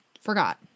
forgot